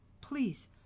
please